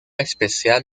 especial